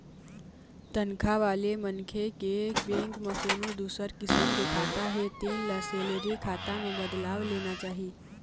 तनखा वाले मनखे के बेंक म कोनो दूसर किसम के खाता हे तेन ल सेलरी खाता म बदलवा लेना चाही